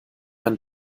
man